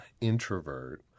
introvert